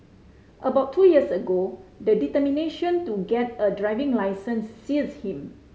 about two years ago the determination to get a driving licence seized him